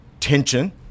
Tension